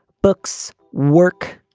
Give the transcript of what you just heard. books, work.